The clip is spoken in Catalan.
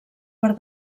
per